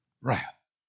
wrath